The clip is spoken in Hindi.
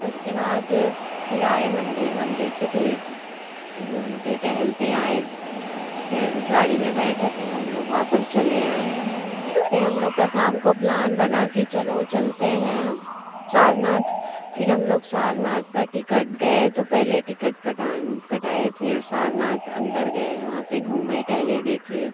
उसके बाद फिर आए मंदिर मंदिर से फिर घूमते टहलते आए फिर गाड़ी में बैठे फिर हम लोग वापस चले आएं फिर हम लोग का शाम को प्लान बना कि चलो चलते हैं सारनाथ फिर हम लोग सारनाथ का टिकट गए तो पहले टिकट कटाए है कटाए फिर सारनाथ अंदर गए वहाँ पर घूमें टहले देखे